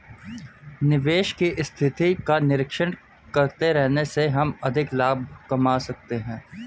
निवेश की स्थिति का निरीक्षण करते रहने से हम अधिक लाभ कमा सकते हैं